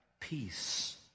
peace